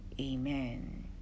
Amen